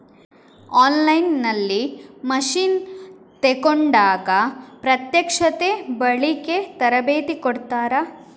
On line ನಲ್ಲಿ machine ತೆಕೋಂಡಾಗ ಪ್ರತ್ಯಕ್ಷತೆ, ಬಳಿಕೆ, ತರಬೇತಿ ಕೊಡ್ತಾರ?